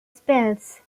spells